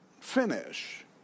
finish